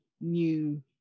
new